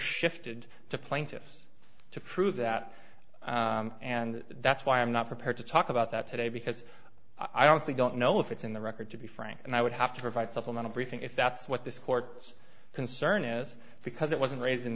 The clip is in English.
shifted to plaintiffs to prove that and that's why i'm not prepared to talk about that today because i don't think don't know if it's in the record to be frank and i would have to provide supplemental briefing if that's what this court's concern is because it wasn't raised in